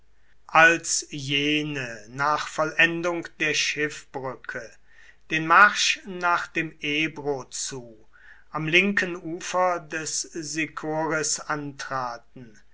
als jene nach vollendung der schiffbrücke den marsch nach dem ebro zu am linken ufer des sicoris antraten